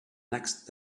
next